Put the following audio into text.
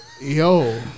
Yo